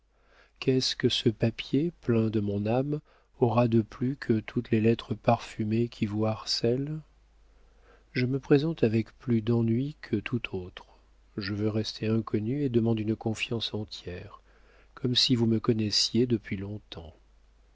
qu'est-ce que ce papier plein de mon âme aura de plus que toutes les lettres parfumées qui vous harcèlent je me présente avec plus d'ennuis que toute autre je veux rester inconnue et demande une confiance entière comme si vous me connaissiez depuis longtemps